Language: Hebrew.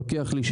לוקח לי,